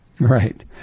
Right